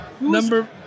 Number